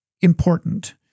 important